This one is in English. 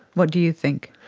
what do you think?